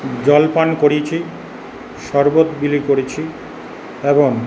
জলপান করিয়েছি শরবত বিলি করেছি এবং